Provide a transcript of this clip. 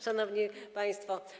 Szanowni Państwo!